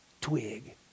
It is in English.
twig